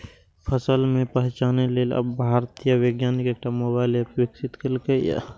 फसल मे रोगक पहिचान लेल आब भारतीय वैज्ञानिक एकटा मोबाइल एप विकसित केलकैए